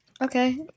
Okay